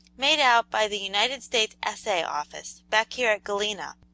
made out by the united states assay office, back here at galena,